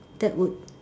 that would